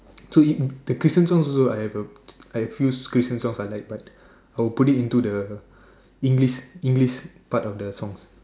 so if the Christian songs also I have A I have a few Christian songs I like but I'll put it into the English English part of the song